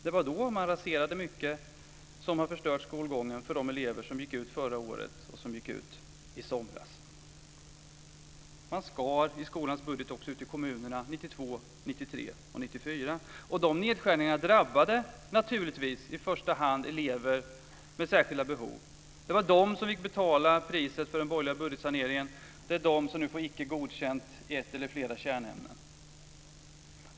Det var då man raserade mycket och förstörde skolgången för de elever som gick ut förra året och i somras. Man skar i skolans budget, också ute i kommunerna, åren 1992, 1993 och 1994, och de nedskärningarna drabbade naturligtvis i första hand elever med särskilda behov. Det var de som fick betala priset för den borgerliga budgetsaneringen. Det är de som nu får Icke godkänt i ett eller flera kärnämnen.